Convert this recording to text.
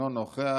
אינו נוכח,